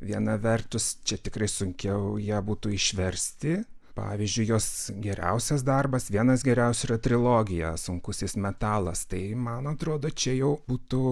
viena vertus čia tikrai sunkiau ją būtų išversti pavyzdžiui jos geriausias darbas vienas geriausių yra trilogija sunkusis metalas tai man atrodo čia jau būtų